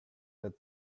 that